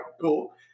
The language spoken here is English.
cool